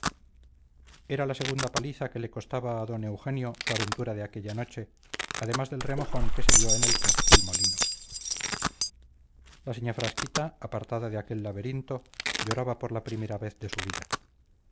era la segunda paliza que le costaba a don eugenio su aventura de aquella noche además del remojón que se dio en el caz del molino la señá frasquita apartada de aquel laberinto lloraba por la primera vez de su vida